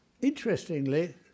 Interestingly